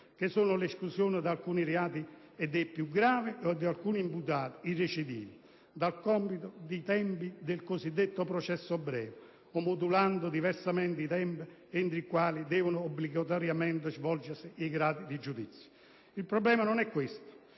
che sono l'esclusione di alcuni reati - e dei più gravi - o di alcuni imputati - i recidivi - dal computo di tempi del cosiddetto processo breve, o modulando diversamente i tempi entro i quali devono obbligatoriamente svolgersi i gradi di giudizio. Il problema non è questo: